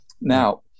Now